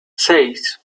seis